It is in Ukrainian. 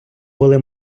були